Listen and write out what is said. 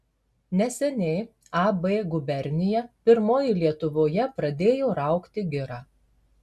neseniai ab gubernija pirmoji lietuvoje pradėjo raugti girą